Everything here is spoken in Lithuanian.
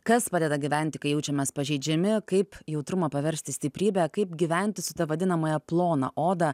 kas padeda gyventi kai jaučiamės pažeidžiami kaip jautrumą paversti stiprybe kaip gyventi su ta vadinamąja plona oda